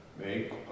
Make